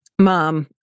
Mom